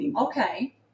okay